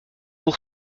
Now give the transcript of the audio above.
pour